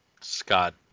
Scott